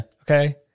Okay